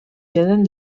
quinzaine